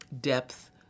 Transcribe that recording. depth